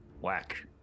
Whack